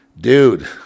dude